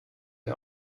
der